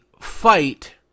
fight